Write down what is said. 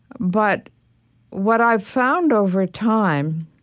but what i've found over time